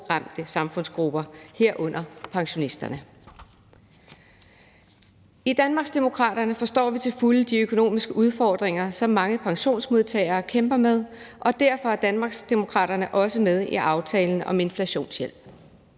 ramte samfundsgrupper, herunder pensionisterne. I Danmarksdemokraterne forstår vi til fulde de økonomiske udfordringer, som mange pensionsmodtagere kæmper med, og derfor er Danmarksdemokraterne også med i aftalen om inflationshjælp.